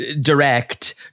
direct